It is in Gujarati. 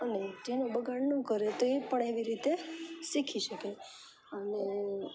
અને જેનો બગાડ ન કરે તો એ પણ એવી જ રીતે શીખી શકે અને